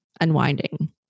unwinding